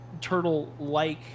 turtle-like